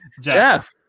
Jeff